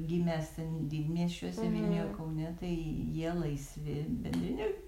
gimęs ten didmiesčiuose vilniuj ar kaune tai jie laisvi bendrine